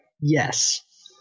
Yes